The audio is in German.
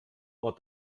war